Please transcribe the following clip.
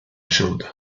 açıldı